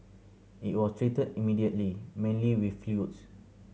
it was treated immediately mainly with fluids